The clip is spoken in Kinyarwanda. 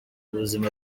buzima